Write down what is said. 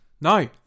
No